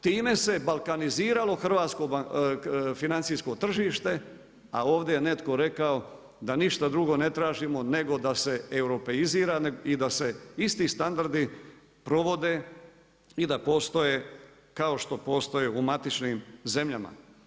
Time se balkaniziralo hrvatsko financijsko tržište a ovdje je netko rekao da ništa drugo ne tražimo nego da se europeizira i da se isti standardi provode i da postoje kao što postoje u matičnim zemljama.